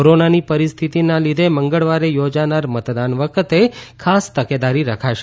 કોરોનાની પરિસ્થિતિના લીધે મંગળવારે યોજાનાર મતદાન વખતે ખાસ તકેદારી રખાશે